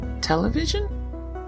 television